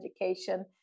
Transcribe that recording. education